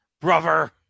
Brother